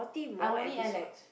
I'm only at like